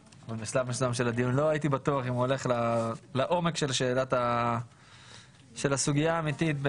בשלב מסוים של הדיון לא הייתי בטוח אם הולך לעומק של הסוגיה האמיתית,